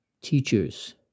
teachers